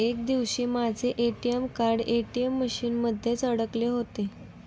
एक दिवशी माझे ए.टी.एम कार्ड ए.टी.एम मशीन मध्येच अडकले होते